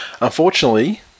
unfortunately